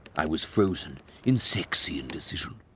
i was frozen in sexy indecision.